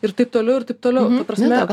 ir taip toliau ir taip toliau ta prasme